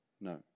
No